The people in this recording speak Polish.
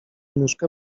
nóżkę